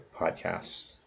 podcasts